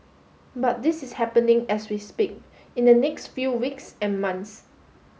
but this is happening as we speak in the next few weeks and months